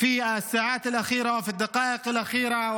תודה רבה.